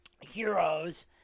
heroes